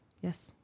Yes